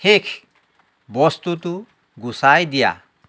শেষ বস্তুটো গুচাই দিয়া